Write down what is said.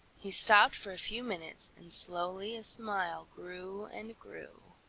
he stopped for a few minutes, and slowly a smile grew and grew.